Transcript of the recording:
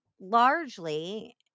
largely